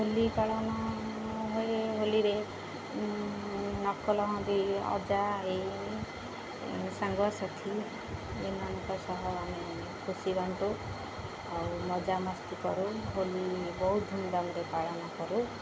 ହୋଲି ପାଳନ ହୁଏ ହୋଲିରେ ନକଲ ହୁଅନ୍ତି ଅଜା ଏଇ ସାଙ୍ଗସାଥି ଏମାନଙ୍କ ସହ ଆମେ ଖୁସି ବାଣ୍ଟୁ ଆଉ ମଜାମସ୍ତି କରୁ ହୋଲି ବହୁତ ଧୁମଧାମରେ ପାଳନ କରୁ